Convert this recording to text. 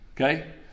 Okay